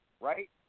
right